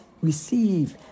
receive